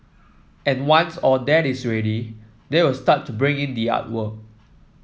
and once all that is ready they will start to bring in the artwork